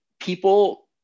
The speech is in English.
people